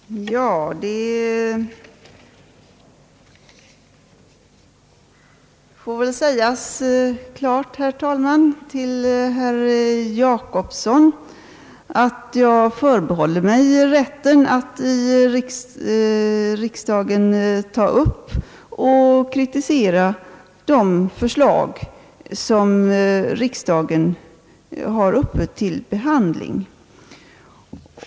Herr talman! Det får väl sägas klart till herr Jacobsson att jag förbehåller mig rätten att i riksdagen ta upp och kritisera de förslag som riksdagen behandlar.